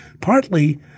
partly